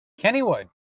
Kennywood